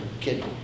kid